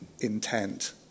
intent